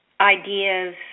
ideas